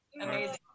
Amazing